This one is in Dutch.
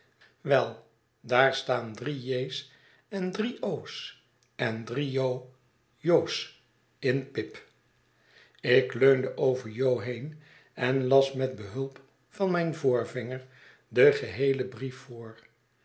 wel daar staan drie j's en drie o's en drie j jo's in pip ik leunde over jo heen en las met behulp van mijn voorvinger den geheelen brief voor